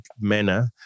manner